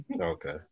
okay